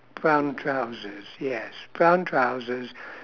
brown trousers yes brown trousers